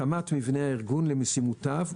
התאמת מבנה הארגון למשימותיו,